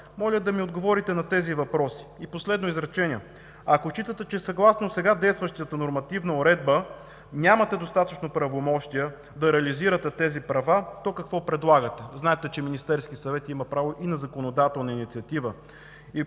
Моля да ми отговорите на тези въпроси. Последно изречение. Ако считате, че съгласно сега действащата нормативна уредба нямате достатъчно правомощия да реализирате тези права, то какво предлагате? Знаете, че Министерският съвет има право и на законодателна инициатива.